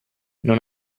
non